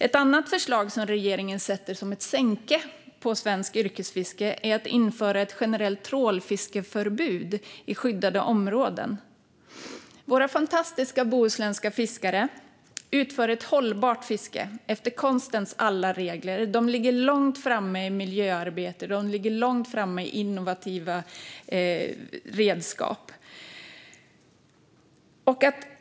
Ett annat förslag som regeringen sätter som ett sänke på svenskt yrkesfiske är införandet av ett generellt trålfiskeförbud i skyddade områden. Våra fantastiska bohuslänska fiskare utför ett hållbart fiske efter konstens alla regler. De ligger långt framme i miljöarbetet, och de ligger långt framme när det gäller innovativa redskap.